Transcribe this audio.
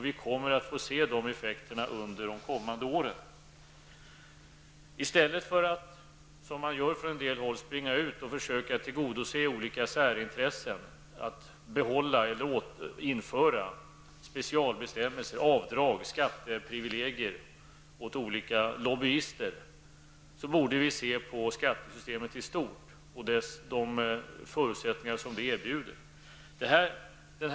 Vi kommer att få se de effekterna under de kommande åren. I stället för att som man gör från en del håll springa ut och försöka tillgodose olika särintressen genom att behålla eller införa specialbestämmelser, avdrag, skatteprivilegier till olika lobbyister, borde vi se på skattesystemet i stort och de förutsättningar som det erbjuder.